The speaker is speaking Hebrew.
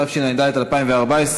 התשע"ד 2014,